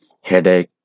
headache